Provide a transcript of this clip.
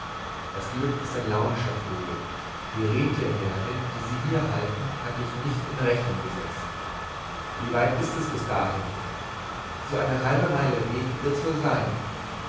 das glück ist ein launischer vogel die renntierherde die sie hier halten hatte ich nicht in rechnung gesetzt wie weit ist es bis dahin so eine halbe meile wegs wird's wohl sein